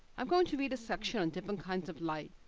i'm going to read a section on different kinds of light.